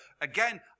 Again